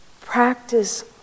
practice